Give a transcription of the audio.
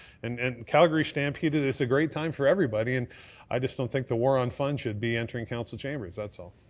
and and calgary stampede is a great time for everybody. and i just don't think the war on fun should be entering council chambers, that's all.